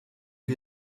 wir